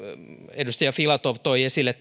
edustaja filatov toi esille